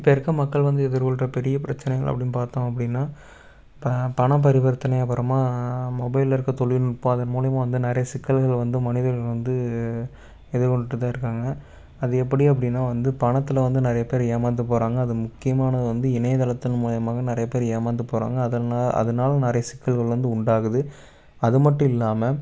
இப்போ இருக்கற மக்கள் வந்து எதிர்கொள்கிற பெரிய பிரச்சனைகள் அப்படின்னு பார்த்தோம் அப்படின்னா ப பணம் பரிவர்த்தனை அப்புறமா மொபைலில் இருக்கற தொழில்நுட்பம் அதன் மூலிமா வந்து நிறையா சிக்கல்கள் வந்தும் மனிதர்கள் வந்து எதிர்கொண்டுட்டு தான் இருக்காங்க அது எப்படி அப்படின்னா வந்து பணத்தில் வந்து நிறையா பேர் ஏமார்ந்து போகிறாங்க அது முக்கியமானது வந்து இணையதளத்தின் மூலமாக நிறையா பேர் ஏமார்ந்து போகிறாங்க அதன் அதனால நிறையா சிக்கல்கள் வந்து உண்டாகுது அது மட்டும் இல்லாமல்